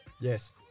Yes